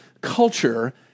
culture